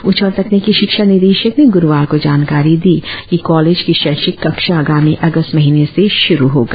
उच्च और तकनिकी शिक्षा निदेशक ने गुरुवार को जानकारी दी की कॉलेज की शैक्षिक कक्षा आगामी अगस्त महिने से शुरु होगा